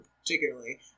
particularly